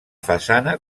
façana